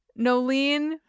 Nolene